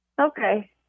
Okay